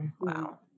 Wow